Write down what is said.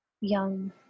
young